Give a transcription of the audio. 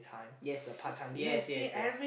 yes yes yes yes